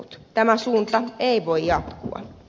tämä suunta ei voi jatkua